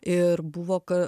ir buvo ka